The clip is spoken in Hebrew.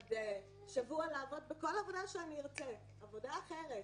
בעוד שבוע לעבוד בכל עבודה שאני ארצה, עבודה אחרת.